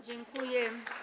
Dziękuję.